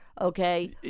Okay